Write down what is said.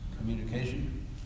communication